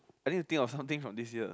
I need to think of something from this year